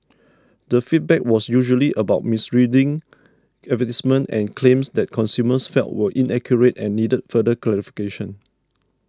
the feedback was usually about misleading advertisements and claims that consumers felt were inaccurate and needed further clarification